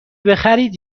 بخرید